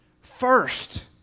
first